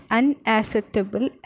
unacceptable